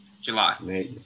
July